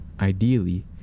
Ideally